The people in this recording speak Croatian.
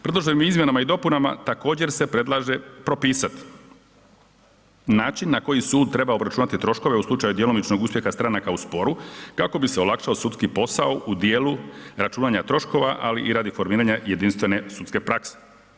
Predloženim izmjenama i dopunama također se predlaže propisati način na koji sud treba obračunati troškove u slučaju djelomičnog uspjeha stranaka u sporu, kako bi se olakšao sudski posao u dijelu računanja troškova, ali i radi formiranja jedinstvene sudske prakse.